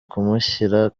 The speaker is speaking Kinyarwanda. kumushyira